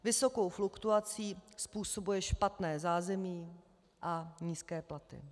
Vysokou fluktuaci způsobuje špatné zázemí a nízké platy.